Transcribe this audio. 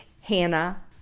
Hannah